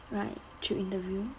right through interview